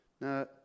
Now